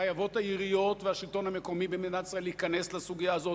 חייבים העיריות והשלטון המקומי במדינת ישראל להיכנס לסוגיה הזו,